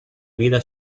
vida